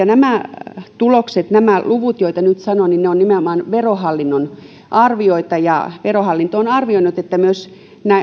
nämä tulokset nämä luvut joita nyt sanon ovat nimenomaan verohallinnon arvioita verohallinto on arvioinut että ja myös